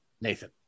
Nathan